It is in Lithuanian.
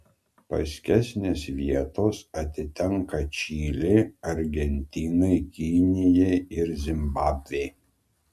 paskesnės vietos atitenka čilei argentinai kinijai ir zimbabvei